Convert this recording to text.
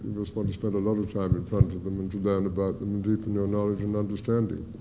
to spend to spend a lot of time in front of them, and to learn about them, and deepen your knowledge and understanding.